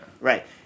Right